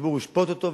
הציבור ישפוט אותו,